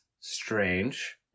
strange